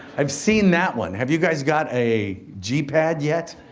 i've seen that one. have you guys got a gpad, yet?